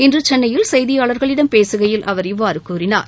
இன்று சென்னையில் செய்தியாளர்களிடம் பேசுகையில் அவர் இவ்வாறு கூறினார்